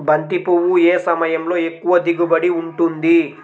బంతి పువ్వు ఏ సమయంలో ఎక్కువ దిగుబడి ఉంటుంది?